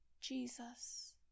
Jesus